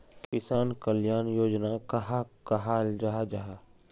किसान कल्याण योजना कहाक कहाल जाहा जाहा?